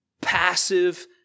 passive